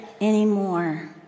anymore